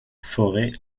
fauré